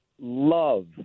love